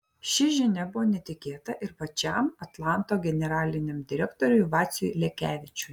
ši žinia buvo netikėta ir pačiam atlanto generaliniam direktoriui vaciui lekevičiui